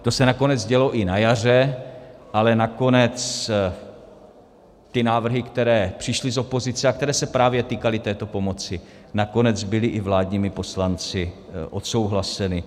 To se nakonec dělo i na jaře, ale nakonec ty návrhy, které přišly z opozice, ale které se právě týkaly této pomoci, nakonec byly i vládními poslanci odsouhlaseny.